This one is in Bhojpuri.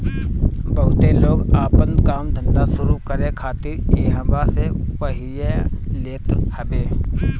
बहुते लोग आपन काम धंधा शुरू करे खातिर इहवा से पइया लेत हवे